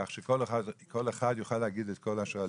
כך שכל אחד יוכל להגיד את כל אשר על